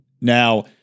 Now